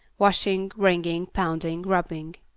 washing, wringing, pounding, rubbing.